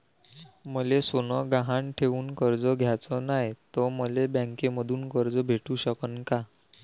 मले सोनं गहान ठेवून कर्ज घ्याचं नाय, त मले बँकेमधून कर्ज भेटू शकन का?